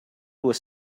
was